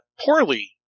poorly